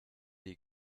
die